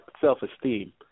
self-esteem